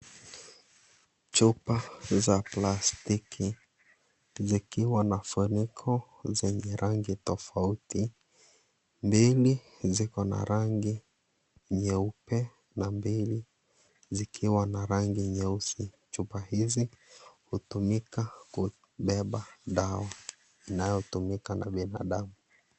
Chupa za plastiki zikiwa na funiko za rangi tofauti mbili ziko na nyeupe na mbili nyeusi chupa hizi zinarumika kubeba dawa inayotumika na binadamu.